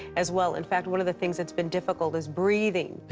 as well. in fact, one of the things that's been difficult is breathing.